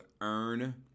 earn